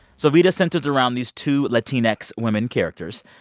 so vida centers around these two latinx women characters.